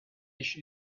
fish